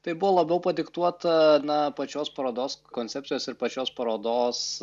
tai buvo labiau padiktuota na pačios parodos koncepcijos ir pačios parodos